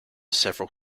several